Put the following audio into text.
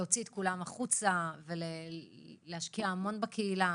להוציא את כולם החוצה ולהשקיע המון בקהילה